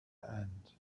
end